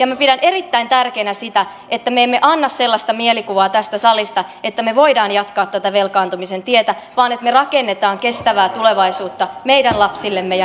minä pidän erittäin tärkeänä sitä että me emme anna sellaista mielikuvaa tästä salista että me voimme jatkaa tätä velkaantumisen tietä vaan me rakennamme kestävää tulevaisuutta meidän lapsillemme ja nuorillemme